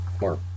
more